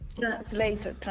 translator